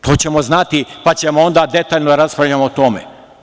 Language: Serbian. To ćemo znati, pa ćemo onda detaljno raspravljati o tome.